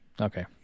Okay